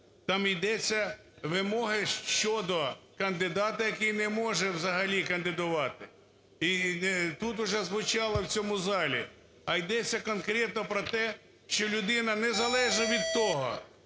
Там йдеться вимоги щодо кандидата, який не може взагалі кандидувати. І тут уже звучало в цьому залі, а йдеться конкретно про те, що людина незалежно від того,